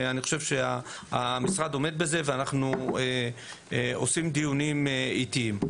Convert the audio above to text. אני חושב שהמשרד עומד בזה ואנחנו עושים דיונים עתיים.